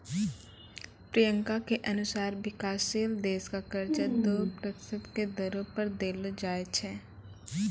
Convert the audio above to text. प्रियंका के अनुसार विकाशशील देश क कर्जा दो प्रतिशत के दरो पर देलो जाय छै